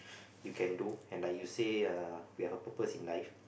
you can do and like you say err we have a purpose in life